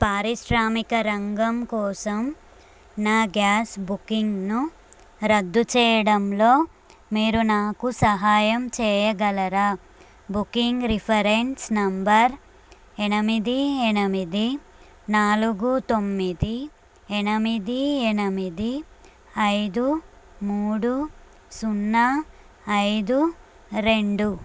పారిశ్రామిక రంగం కోసం నా గ్యాస్ బుకింగ్ను రద్దు చేయడంలో మీరు నాకు సహాయం చేయగలరా బుకింగ్ రిఫరెన్స్ నంబర్ ఎనిమిది ఎనిమిది నాలుగు తొమ్మిది ఎనిమిది ఎనిమిది ఐదు మూడు సున్నా ఐదు రెండు